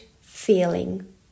feeling